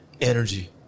energy